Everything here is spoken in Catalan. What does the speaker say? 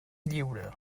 lliure